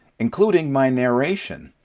including my narration,